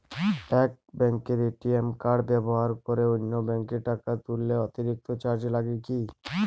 এক ব্যাঙ্কের ATM card ব্যবহার করে অন্য ব্যঙ্কে টাকা তুললে অতিরিক্ত চার্জ লাগে কি?